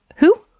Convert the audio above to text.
who?